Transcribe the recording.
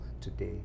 today